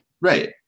Right